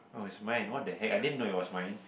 it was mine what the heck I didn't know it was mine